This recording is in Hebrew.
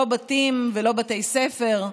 לא בתים ולא בתי ספר.